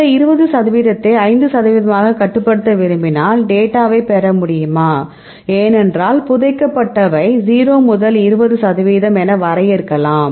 இந்த 20 சதவிகிதத்தை 5 சதவிகிதமாக கட்டுப்படுத்த விரும்பினால் டேட்டாவைப் பெற முடியுமா ஏனென்றால் புதைக்கப்பட்டவை 0 முதல் 20 சதவிகிதம் என வரையறுக்கலாம்